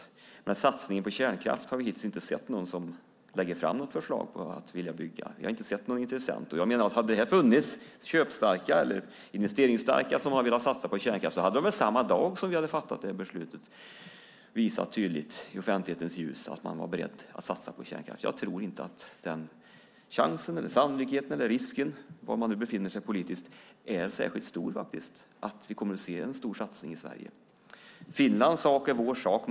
Men när det gäller satsningen på kärnkraft har vi hittills inte sett någon som lagt fram något förslag om att vilja bygga. Vi har inte sett någon intressent. Om det hade funnits köpstarka eller investeringsstarka som hade velat satsa på kärnkraft hade de väl, samma dag som vi hade fattat det beslutet, visat tydligt i offentlighetens ljus att de var beredda att satsa på kärnkraft. Jag tror inte att chansen eller sannolikheten eller risken - beroende på var man befinner sig politiskt - är särskilt stor att vi kommer att se en stor satsning i Sverige. Finlands sak är vår sak.